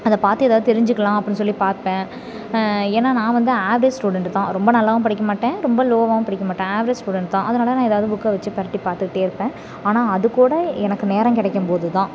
அதைப் பார்த்து ஏதாவது தெரிஞ்சுக்கலாம் அப்படினு சொல்லி பார்ப்பேன் ஏன்னால் நான் வந்து ஆவ்ரேஜ் ஸ்டூடெண்ட்டு தான் ரொம்ப நல்லாவும் படிக்க மாட்டேன் ரொம்ப லோவாகவும் படிக்க மாட்டேன் ஆவ்ரேஜ் ஸ்டூடெண்ட்டுதான் அதனாலே நான் ஏதாவது புக்கை வச்சு பிரட்டி பார்த்துக்கிட்டே இருப்பேன் ஆனால் அது கூட எனக்கு நேரம் கிடைக்கும் போதுதான்